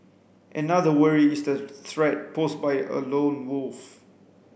another worry is the threat posed by a lone wolf